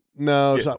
No